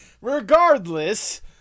Regardless